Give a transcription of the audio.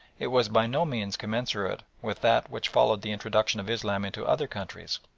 it was by no means commensurate with that which followed the introduction of islam into other countries.